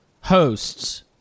hosts